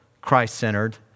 Christ-centered